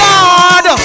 God